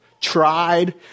tried